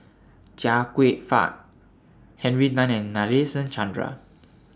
Chia Kwek Fah Henry Tan and Nadasen Chandra